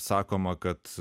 sakoma kad